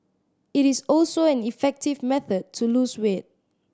it is also an effective method to lose weight